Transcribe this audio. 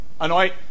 anoint